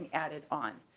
added on.